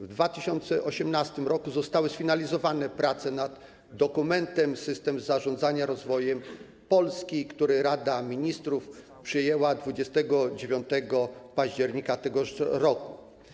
W 2018 r. zostały sfinalizowane prace nad dokumentem „System zarządzania rozwojem Polski”, który Rada Ministrów przyjęła 29 października tegoż roku.